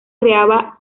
creaba